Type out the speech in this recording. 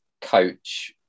coach